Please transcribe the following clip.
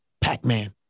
Pac-Man